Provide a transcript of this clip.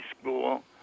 school